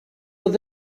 oedd